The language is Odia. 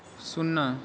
ଶୂନ